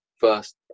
first